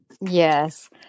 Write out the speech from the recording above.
Yes